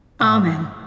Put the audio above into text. Amen